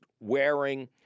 wearing